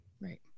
Right